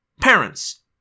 Parents